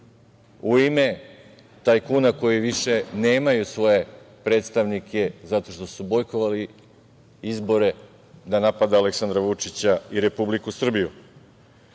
u ime tajkuna koji više nemaju svoje predstavnike zato što su bojkotovali izbore da napada Aleksandra Vučića i Republiku